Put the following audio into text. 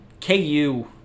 KU